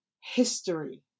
history